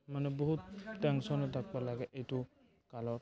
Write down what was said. মানে বহুত টেনচনত থাকিব লাগে এইটো কালত